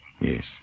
Yes